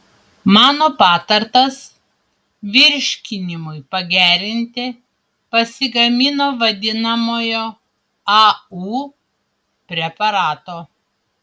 mano patartas virškinimui pagerinti pasigamino vadinamojo au preparato